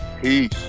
Peace